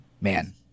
Man